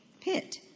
pit